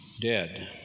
dead